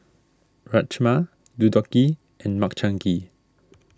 Rajma Deodeok Gui and Makchang Gui